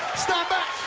stand back!